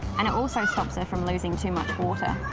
and it also stops her from losing too much water.